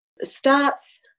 starts